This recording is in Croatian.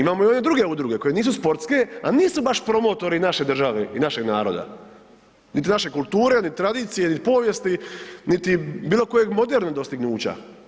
Imamo i one druge udruge koje nisu sportske, a nisu baš promotori naše države i našeg naroda, niti naše kulture, ni tradicije, ni povijesti, niti bilo kojeg modernog dostignuća.